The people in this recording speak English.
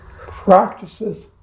practices